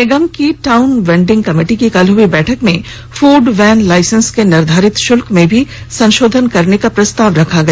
निगम की town vending committee की कल हुई बैठक में फूड वैन लाइसेंस के निर्धारित शुल्क में भी संशोधन करने का प्रस्ताव रखा गया